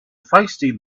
feisty